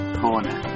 corner